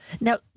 Now